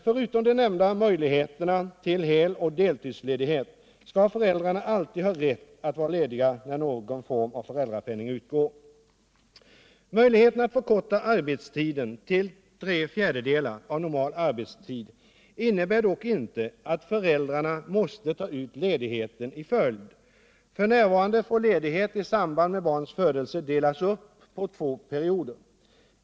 Förutom de nämnda möjligheterna till hel och deltidsledighet skall föräldrarna alltid ha rätt att vara lediga när någon form av föräldrapenning ulgår. Möjligheten att förkorta arbetstiden till tre fjärdedelar av normal arbetstid innebär dock inte att föräldrarna måste ta ut ledigheten i en följd. F. n. får ledighet i samband med barns födelse delas upp på två perioder.